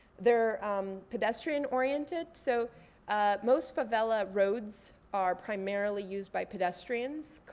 they're pedestrian oriented. so ah most favela roads are primarily used by pedestrians.